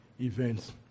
events